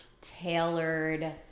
tailored